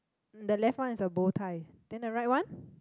the left one is a bow tie then the right one